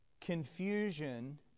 Confusion